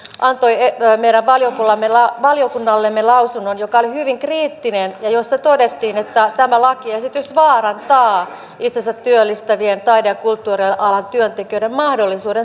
antoine sosiaaliturvaosasto antoi meidän valiokunnallemme lausunnon joka oli hyvin kriittinen ja jossa todettiin että tämä lakiesitys vaarantaa itsensä työllistävien taide ja kulttuurialan työntekijöiden mahdollisuuden saada työttömyysturvaa